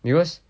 because